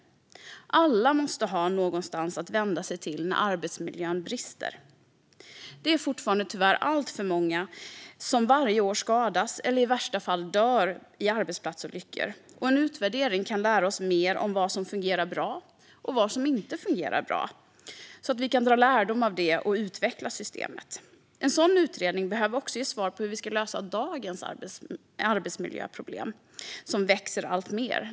Alla måste ha någonstans att vända sig när arbetsmiljön brister. Det är fortfarande tyvärr alltför många som varje år skadas eller i värsta fall dör i arbetsplatsolyckor. En utvärdering kan lära oss mer om vad som fungerar bra och vad som inte fungerar bra, så att vi kan dra lärdom av det och utveckla systemet. En sådan utredning behöver också ge svar på hur vi ska lösa dagens arbetsmiljöproblem som växer alltmer.